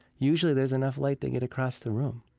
usually there's enough light to get across the room,